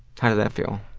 kind of that feel?